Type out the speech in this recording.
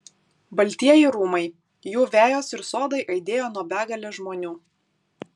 baltieji rūmai jų vejos ir sodai aidėjo nuo begalės žmonių